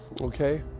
Okay